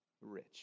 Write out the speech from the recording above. rich